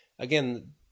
Again